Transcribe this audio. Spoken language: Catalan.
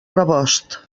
rebost